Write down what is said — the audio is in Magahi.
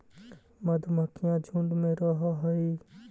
मधुमक्खियां झुंड में रहअ हई